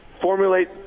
formulate